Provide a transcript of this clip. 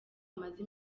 amaze